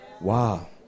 wow